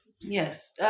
Yes